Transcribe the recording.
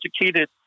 educated